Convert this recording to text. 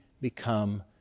become